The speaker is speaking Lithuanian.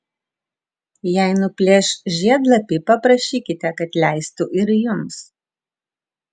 jei nuplėš žiedlapį paprašykite kad leistų ir jums